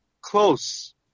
close